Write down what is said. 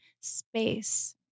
space